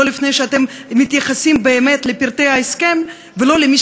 לא לפני שאתם מתייחסים באמת לפרטי ההסכם ולא למי